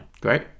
Great